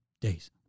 days